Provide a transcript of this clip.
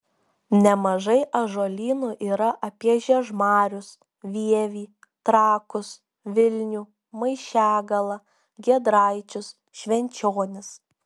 nemažai ąžuolynų yra apie žiežmarius vievį trakus vilnių maišiagalą giedraičius švenčionis